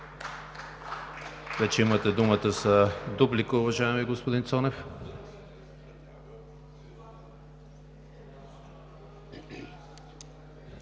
Вече имате думата за дуплика, уважаеми господин Цонев.